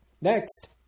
next